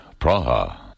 Praha